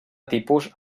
tipus